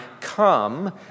Come